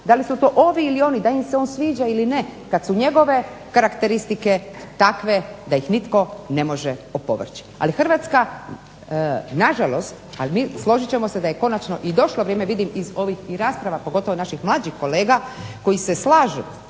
da li su to ovi ili oni, dal im se on sviđa ili ne, kad su njegove karakteristike takve da ih nitko ne može opovrći. Ali Hrvatska nažalost, složit ćemo se da je konačno i došlo vrijeme, vidim iz ovih rasprava, pogotovo naših mlađih kolega koji se slažu